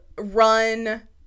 run